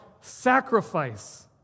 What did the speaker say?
sacrifice